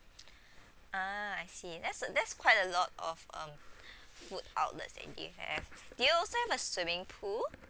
ah I see that's that's quite a lot of um food outlets that you have do you also have a swimming pool